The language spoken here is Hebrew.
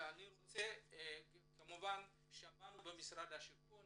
שמענו ממשרד השיכון